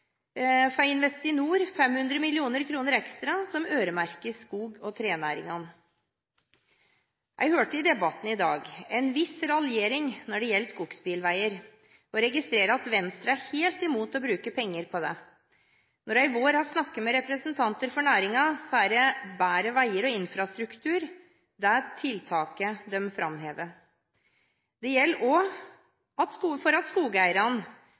Investinor 500 mill. kr ekstra som øremerkes skog- og trenæringene. Jeg hørte i debatten i dag en viss raljering når det gjelder skogsbilveier. Nå registrerer jeg at Venstre er helt imot å bruke penger på det. Når jeg snakker med representanter for næringen, er bedre veier og infrastruktur det tiltaket de framhever. Det gjelder også for at